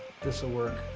this'll work.